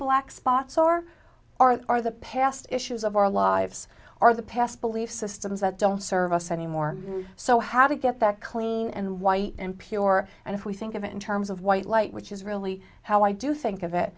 black spots or our are the past issues of our lives or the past belief systems that don't serve us anymore so how to get that clean and white and pure and if we think of it in terms of white light which is really how i do think of it